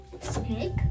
snake